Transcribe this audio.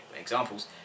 examples